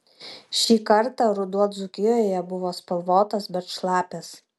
šį kartą ruduo dzūkijoje buvo spalvotas bet šlapias